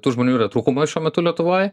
tų žmonių yra trūkumas šiuo metu lietuvoj